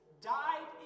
died